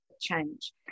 change